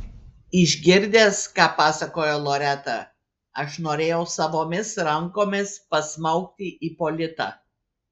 išgirdęs ką pasakojo loreta aš norėjau savomis rankomis pasmaugti ipolitą